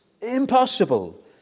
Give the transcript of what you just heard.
impossible